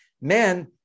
Men